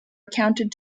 accounted